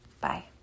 bye